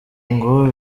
ngo